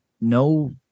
no